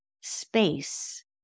space